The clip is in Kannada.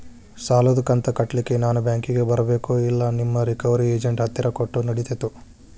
ಸಾಲದು ಕಂತ ಕಟ್ಟಲಿಕ್ಕೆ ನಾನ ಬ್ಯಾಂಕಿಗೆ ಬರಬೇಕೋ, ಇಲ್ಲ ನಿಮ್ಮ ರಿಕವರಿ ಏಜೆಂಟ್ ಹತ್ತಿರ ಕೊಟ್ಟರು ನಡಿತೆತೋ?